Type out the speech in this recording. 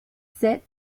set